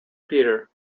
peter